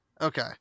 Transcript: Okay